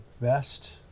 best